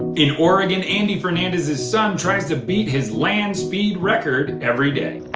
in oregon, andy fernandez's son tries to beat his land speed record every day.